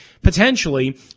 potentially